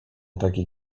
takie